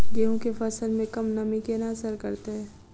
गेंहूँ केँ फसल मे कम नमी केना असर करतै?